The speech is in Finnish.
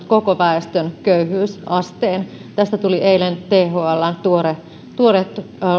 koko väestön köyhyysasteen tästä tuli eilen thln tuoreet